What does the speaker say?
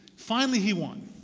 finally he won.